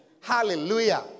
Hallelujah